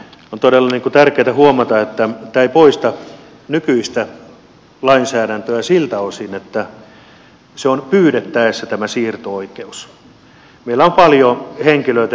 on todella tärkeätä huomata että tämä ei poista nykyistä lainsäädäntöä siltä osin että on pyydettäessä tämä siirto oikeus